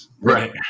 right